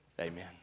Amen